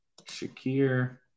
Shakir